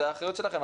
זו אחריות שלכם,